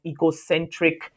ecocentric